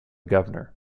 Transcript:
governor